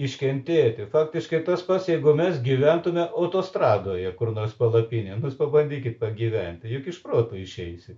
iškentėti faktiškai tas pats jeigu mes gyventume autostradoje kur nors palapinėn pabandykit pagyventi juk iš proto išeisi